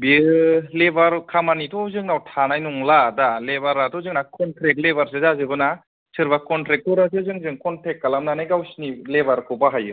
बेयो लेबार खामानिथ' जोंनाव थानाय नंला दा लेबाराथ' जोंना कनट्रेक्ट लेबारसो जाजोबो ना सोरबा कनट्रेक्टट'रासो जोंजों कन्टेक खालामनानै गावसिनि लेबारखौ बाहायो